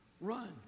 run